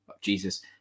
Jesus